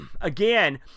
again